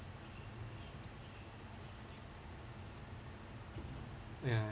ya